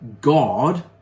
God